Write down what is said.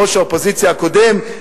ראש האופוזיציה הקודם,